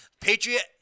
Patriot